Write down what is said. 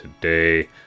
today